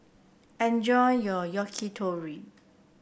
enjoy your Yakitori